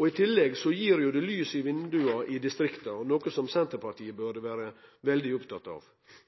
I tillegg gir det lys i vindauga i distrikta, noko som Senterpartiet burde vere veldig oppteke av.